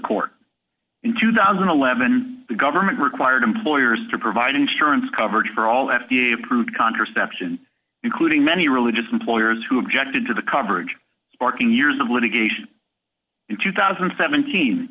court in two thousand and eleven the government required employers to provide insurance coverage for all f d a approved contraception including many religious employers who objected to the coverage sparking years of litigation in two thousand and seventeen